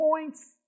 points